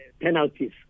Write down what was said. penalties